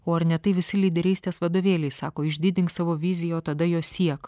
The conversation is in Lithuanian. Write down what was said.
o ar ne tai visi lyderystės vadovėliai sako išdidink savo viziją o tada jos siek